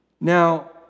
Now